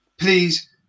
Please